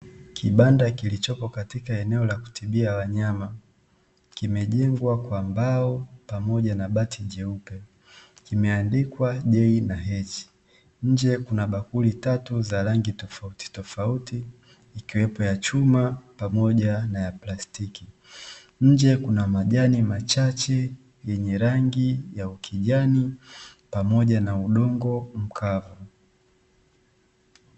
Kibanda kilichopo katika eneo la kutibia wanyama, kimejengwa kwa mbao pamoja na bahati jeupe kimeandikwa 'J' Na 'H', nje Kuna bakuli tatu za rangi tofautitofauti, ikiwepo ya chuma pamoja na ya plastiki, nje Kuna majani machache yenye rangi ya ukijani pamoja na udongo mkavu.